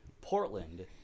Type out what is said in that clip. Portland